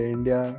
India